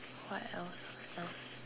what else else